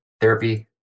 therapy